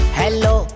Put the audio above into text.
hello